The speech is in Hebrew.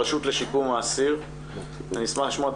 הרשות לשיקום האסיר אני אשמח לשמוע את